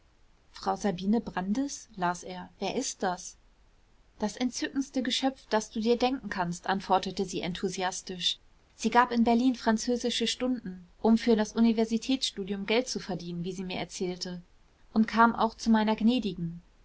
frau sabine brandis las er wer ist das das entzückendste geschöpf das du dir denken kannst antwortete sie enthusiastisch sie gab in berlin französische stunden um für das universitätsstudium geld zu verdienen wie sie mir erzählte und kam auch zu meiner gnädigen